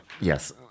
yes